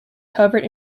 covered